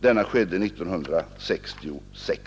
Denna skedde 1966.